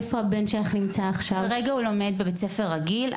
להלן תרגומם: ואיפה הבן שלך נמצא עכשיו?) כרגע הוא לומד בבית ספר רגיל.